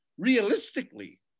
realistically